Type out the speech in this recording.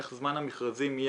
איך לקצר את זמן המכרזים ואיך